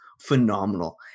phenomenal